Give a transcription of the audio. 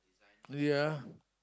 ya